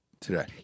today